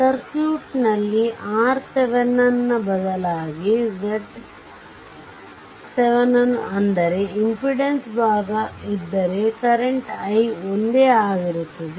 circuit ನಲ್ಲಿ RThevenin ನ ಬದಲಾಗಿ zThevenin ಅಂದರೆ ಇಂಪಿಡೆಂಸ್ ಭಾಗ ಇದ್ದರೆ ಕರೆಂಟ್ i ಒಂದೇ ಆಗಿರುತ್ತದೆ